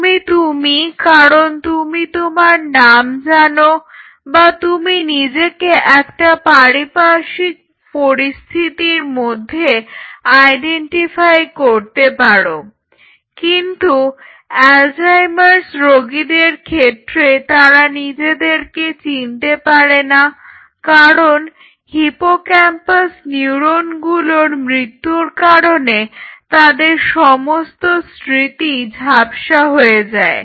তুমি তুমিই কারণ তুমি তোমার নাম জানো বা তুমি নিজেকে একটা পারিপার্শ্বিক পরিস্থিতির মধ্যে আইডেন্টিফাই করতে পারো কিন্তু অ্যালজাইমার্স রোগীদের ক্ষেত্রে তারা নিজেদেরকে চিনতে পারেনা কারণ হিপোক্যাম্পাস নিউরনগুলোর মৃত্যুর কারণে তাদের সমস্ত স্মৃতি ঝাপসা হয়ে যায়